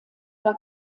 war